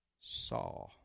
saw